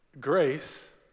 grace